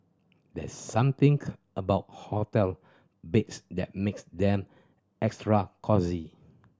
there's something about hotel beds that makes them extra cosy